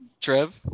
Trev